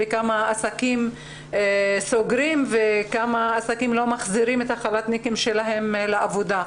כמה עסקים סוגרים וכמה עסקים לא מחזירים את החל"תניקים שלהם לעבודה.